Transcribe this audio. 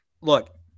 Look